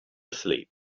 sleep